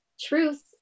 truth